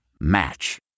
Match